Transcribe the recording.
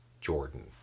Jordan